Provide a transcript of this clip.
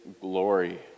glory